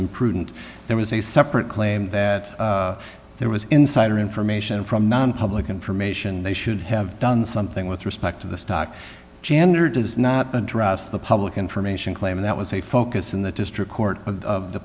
imprudent there was a separate claim that there was insider information from nonpublic information they should have done something with respect to the stock chander does not address the public information claim that was a focus in the district court of the